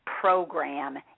program